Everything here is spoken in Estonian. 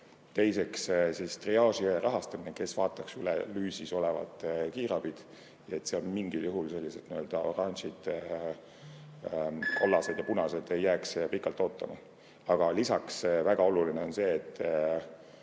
Teiseks, triaažiõe rahastamine, kes vaataks üle lüüsis olevad kiirabid, et seal mingil juhul sellised oranžid, kollased ja punased ei jääks pikalt ootama. Aga lisaks väga oluline on see, et